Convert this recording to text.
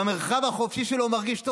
במרחב החופשי שלו הוא מרגיש טוב,